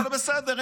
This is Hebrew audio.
אבל בסדר,